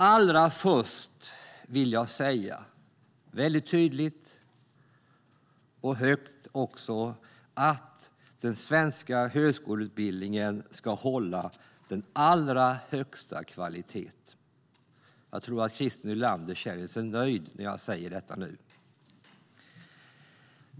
Allra först vill jag säga tydligt och högt att den svenska högskoleutbildningen ska hålla den allra högsta kvaliteten. Jag tror att Christer Nylander känner sig nöjd när jag säger detta.